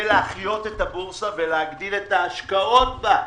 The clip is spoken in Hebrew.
להחיות את הבורסה ולהגדיל את ההשקעות בה.